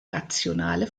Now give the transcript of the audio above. rationale